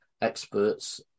experts